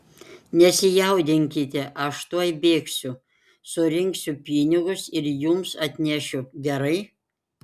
nesijaudinkite aš tuoj bėgsiu surinksiu pinigus ir jums atnešiu gerai